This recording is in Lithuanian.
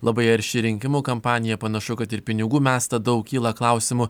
labai arši rinkimų kampanija panašu kad ir pinigų mesta daug kyla klausimų